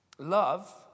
Love